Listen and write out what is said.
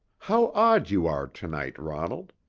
how odd you are to-night, ronald!